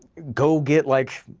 go get like,